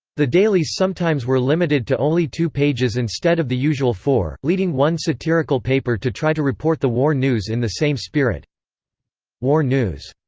the dailies sometimes were limited to only two pages instead of the usual four, leading one satirical paper to try to report the war news in the same spirit war news.